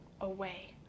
away